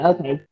Okay